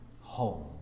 home